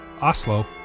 Oslo